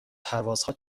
پروازها